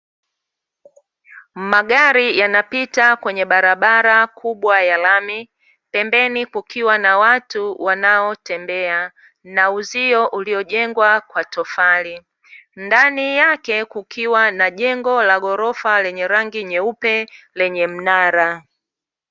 Magari yanapita kwenye barabara kubwa ya lami, pembeni kukiwa na watu wanaotembea, na uzio uliojengwa kwa tofali, ndani yake kukiwa na jengo la ghorofa lenye rangi nyeupe lenye mnara.